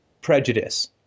prejudice